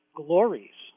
glories